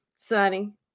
sunny